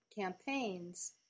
campaigns